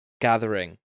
gathering